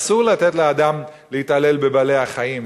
אסור לתת לאדם להתעלל בבעלי-חיים,